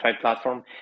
platform